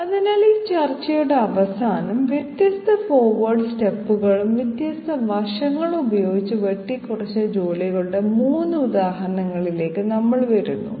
അതിനാൽ ഈ ചർച്ചയുടെ അവസാനം വ്യത്യസ്ത ഫോർവേർഡ് സ്റ്റെപ്പുകളും വ്യത്യസ്ത വശങ്ങളും ഉപയോഗിച്ച് വെട്ടിക്കുറച്ച ജോലികളുടെ 3 ഉദാഹരണങ്ങളിലേക്ക് നമ്മൾ വരുന്നു